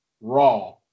Raw